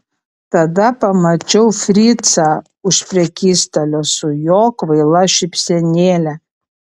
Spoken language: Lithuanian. tada pamačiau fricą už prekystalio su jo kvaila šypsenėle